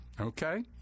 okay